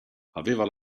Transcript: aveva